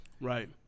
Right